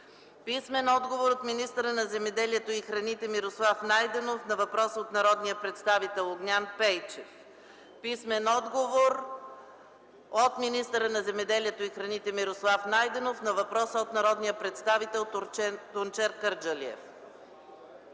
Великов; - министъра на земеделието и храните Мирослав Найденов на въпрос от народния представител Огнян Пейчев; - министъра на земеделието и храните Мирослав Найденов на въпрос от народния представител Тунчер Кърджалиев.